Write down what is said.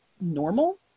normal